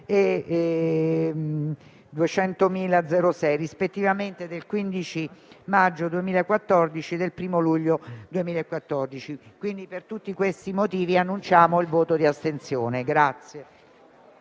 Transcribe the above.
e 20006, rispettivamente del 15 maggio 2014 e del primo 1° luglio 2014. Per tutti questi motivi, annunciamo il voto di astensione.